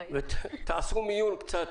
תעשו מיון קצת,